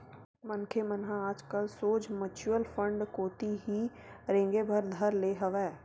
मनखे मन ह आजकल सोझ म्युचुअल फंड कोती ही रेंगे बर धर ले हवय